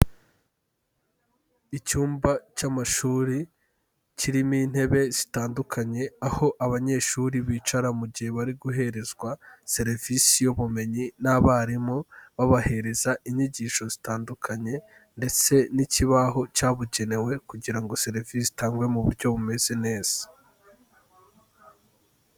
Icyumba cy'amashuri kirimo intebe zitandukanye, aho abanyeshuri bicara mu gihe bari guherezwa serivisi y'ubumenyi n'abarimu babahereza inyigisho zitandukanye ndetse n'ikibaho cyabugenewe kugira ngo serivisi itangwe mu buryo bumeze neza.